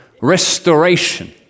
Restoration